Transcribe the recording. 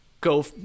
go